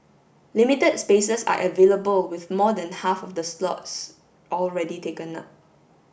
limited spaces are available with more than half of the slots already taken up